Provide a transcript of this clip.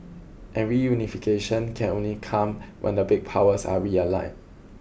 and reunification can only come when the big powers are realigned